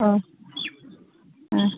अ ओं